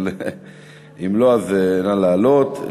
אם לא, נא לעלות.